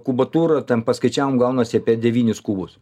kubatūrą ten paskaičiavom gaunasi apie devynis kubus